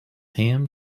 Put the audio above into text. ham